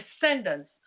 descendants